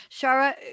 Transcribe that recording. Shara